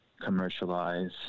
commercialize